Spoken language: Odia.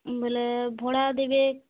ବୋଲେ ଭଡ଼ା ଦେବେ